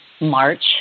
March